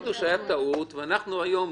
תגידו שהייתה טעות והיום,